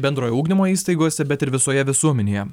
bendrojo ugdymo įstaigose bet ir visoje visuomenėje